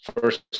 First